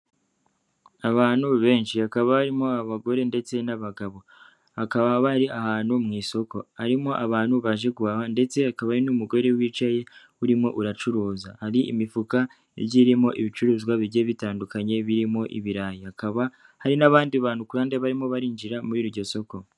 Abantu benshi hakaba barimo abagore ndetse n'abagabo, bakaba bari ahantu mu isoko, harimo abantu baje guhaha, ndetse akaba n'umugore wicaye urimo uracuruza. hari imifuka igiye irimo ibicuruzwa bigiye bitandukanye, birimo ibirayi, hakaba hari n'abandi bantu kandi barimo barinjira muri iryo soko.